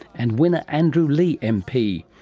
and winner andrew leigh mp.